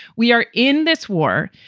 we are in this war.